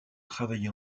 travailler